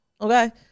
Okay